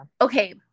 Okay